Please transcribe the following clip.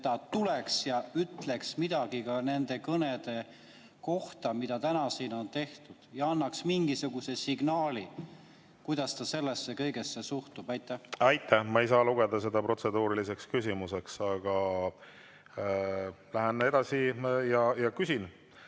et ta tuleks ja ütleks midagi ka nende kõnede kohta, mida täna siin on peetud, ja annaks mingisuguse signaali, kuidas ta sellesse kõigesse suhtub. Aitäh! Ma ei saa lugeda seda protseduuriliseks küsimuseks. Aga lähen edasi ja küsin: